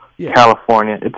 California